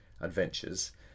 adventures